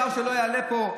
אין דבר שלא יעלה פה.